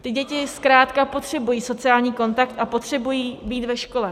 Ty děti zkrátka potřebují sociální kontakt a potřebují být ve škole.